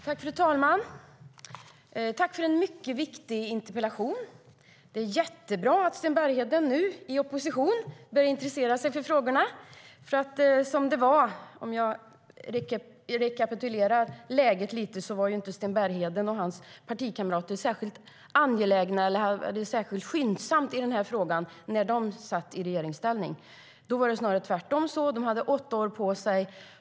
Fru talman! Tack för en mycket viktig interpellation! Det är jättebra att Sten Bergheden nu, i opposition, börjar intressera sig för frågan. Om jag rekapitulerar läget lite grann kan jag säga att Sten Bergheden och hans partikamrater inte var särskilt angelägna eller agerade särskilt skyndsamt i den här frågan när de var i regeringsställning. Snarare var det tvärtom. De hade åtta år på sig.